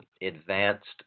advanced